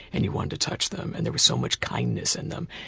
and you wanted to touch them. and there was so much kindness in them.